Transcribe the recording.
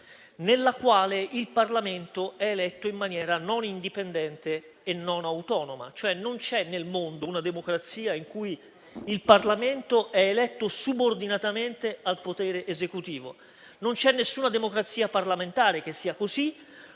nella quale il Parlamento è eletto in maniera non indipendente e non autonoma. Non c'è al mondo una democrazia in cui il Parlamento sia eletto subordinatamente al potere esecutivo; non c'è nessuna democrazia parlamentare che sia così,